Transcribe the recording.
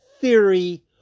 theory